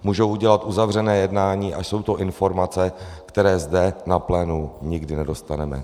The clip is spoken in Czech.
Můžou udělat uzavřené jednání a jsou to informace, které zde na plénu nikdy nedostaneme.